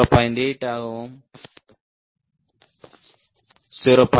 8 ஆகவும் 0